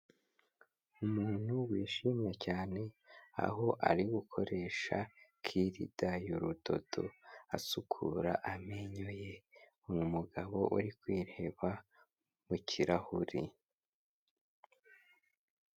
Umuntu wishimye cyane, aho ari gukoresha kirida y'urudodo asukura amenyo ye, ni umugabo uri kwireba mu kirahuri.